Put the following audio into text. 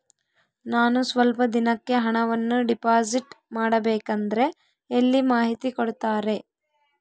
ನಾನು ಸ್ವಲ್ಪ ದಿನಕ್ಕೆ ಹಣವನ್ನು ಡಿಪಾಸಿಟ್ ಮಾಡಬೇಕಂದ್ರೆ ಎಲ್ಲಿ ಮಾಹಿತಿ ಕೊಡ್ತಾರೆ?